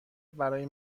برای